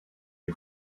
les